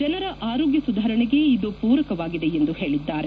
ಜನರ ಆರೋಗ್ಯ ಸುಧಾರಣೆಗೆ ಇದು ಮೂರಕವಾಗಿದೆ ಎಂದು ಹೇಳಿದ್ದಾರೆ